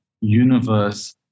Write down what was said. universe